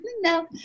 No